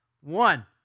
One